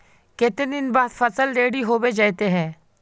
केते दिन बाद फसल रेडी होबे जयते है?